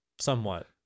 Somewhat